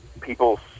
people